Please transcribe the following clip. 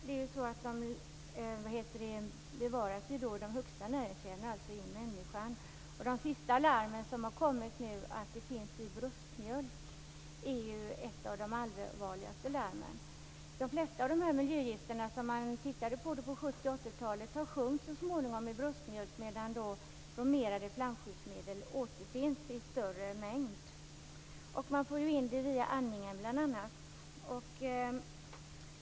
De bevaras högst upp i näringskedjan, dvs. i människan. Det senaste larmet som har kommit, nämligen att dessa ämnen finns i bröstmjölk, är ett av de allvarligaste larmen. De flesta av de miljögifter som man tittade på under 70 och 80-talet har så småningom minskat i bröstmjölk, medan alltså bromerade flamskyddsmedel återfinns i större mängd. Man får bl.a. in det via andningen.